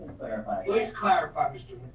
clarify. please clarify, mr.